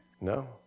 No